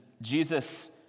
Jesus